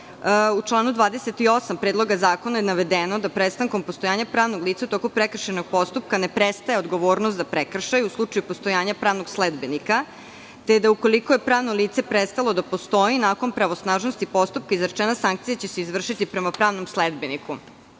U članu 28. Predloga zakona je navedeno da prestankom postojanja pravnog lica u toku prekršajnog postupka ne prestaje odgovornost za prekršaj, u slučaju postojanja pravnog sledbenika, te da ukoliko je pravno lice prestalo da postoji nakon pravosnažnosti postupka, izrečena sankcija će se izvršiti prema pravnom sledbeniku. Ovim